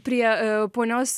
prie a ponios